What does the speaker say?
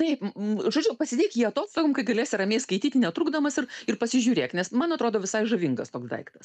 taip žodžiu pasidėk jį atostogom kai galėsi ramiai skaityti netrukdomas ir pasižiūrėk nes man atrodo visai žavingas toks daiktas